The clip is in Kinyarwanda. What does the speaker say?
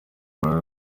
rwari